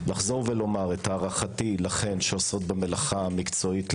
לחזור ולומר את הערכתי לכן שעושות במלאכה המקצועית,